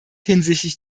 hinsichtlich